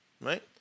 right